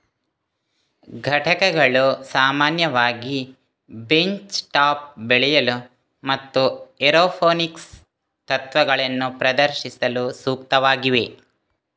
ಘಟಕಗಳು ಸಾಮಾನ್ಯವಾಗಿ bench top ಬೆಳೆಯಲು ಮತ್ತು ಏರೋಪೋನಿಕ್ಸ್ ತತ್ವಗಳನ್ನು ಪ್ರದರ್ಶಿಸಲು ಸೂಕ್ತವಾಗಿವೆ